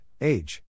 age